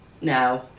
No